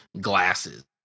glasses